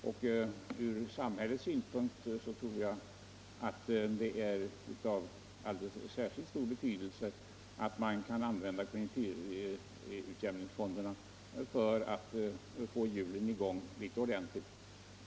Jag tror också att det ur samhällets synpunkt är av särskilt stor betydelse att man kan använda konjunkturutjämningsfonderna för att få hjulen i gång ordentligt.